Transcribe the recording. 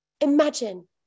Imagine